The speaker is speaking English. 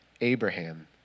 Abraham